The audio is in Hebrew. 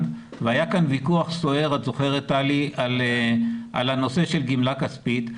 והיה כאן ויכוח סוער על הנושא של גמלה כספית.